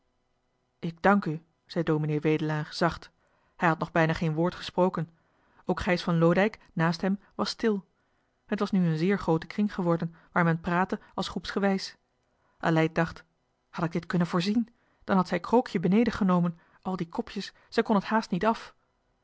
ik dank u zei ds wedelaar zacht hij had nog bijna geen woord gesproken ook gijs van loodijck naast hem was stil het was nu een zeer groote kring geworden waar men praatte als groepsgewijs aleid dacht had ik dit kunnen voorzien dan had zij krookje beneden genomen al die kopjes zij kon t haast niet af